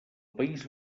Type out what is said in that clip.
país